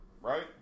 Right